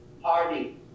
party